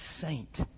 saint